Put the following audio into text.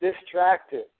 distracted